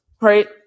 Right